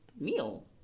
meal